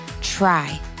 try